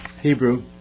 Hebrew